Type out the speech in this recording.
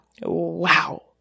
Wow